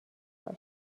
باش